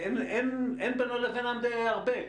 אין בינו לבינן די הרבה.